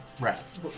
Rats